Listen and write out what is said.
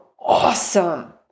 awesome